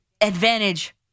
advantage